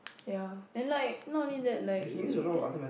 ya and like not only that like we can